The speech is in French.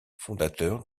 fondateur